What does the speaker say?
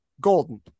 Golden